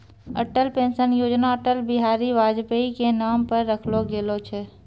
Atal pension योजना अटल बिहारी वाजपेई के नाम पर रखलो गेलो छै